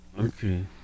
Okay